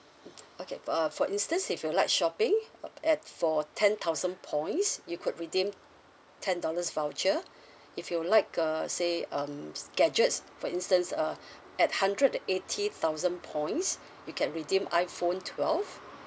mm okay uh for instance if you like shopping at for ten thousand points you could redeem ten dollars voucher if you like uh say um gadgets for instance uh at hundred eighty thousand points you can redeem iphone twelve